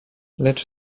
lecz